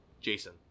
Jason